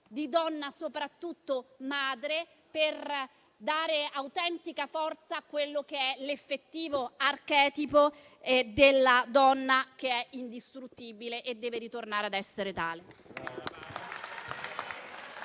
di donna soprattutto madre, per dare autentica forza a quello che è l'effettivo archetipo della donna, che è indistruttibile e deve ritornare a essere tale.